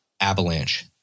Avalanche